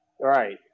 Right